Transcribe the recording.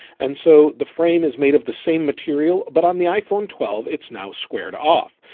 and so the frame is made of the same material, but on the iphone twelve, it's now squared off.